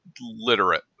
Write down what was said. literate